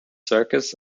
circus